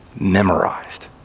memorized